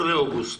עד ה-16 באוגוסט.